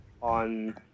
on